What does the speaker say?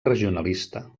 regionalista